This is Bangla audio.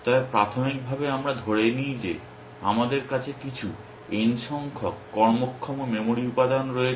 তবে প্রাথমিকভাবে আমরা ধরে নিই যে আমাদের কাছে কিছু N সংখ্যক কর্মক্ষম মেমরি উপাদান রয়েছে